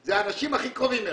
זה האנשים הכי קרובים אליהן,